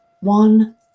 one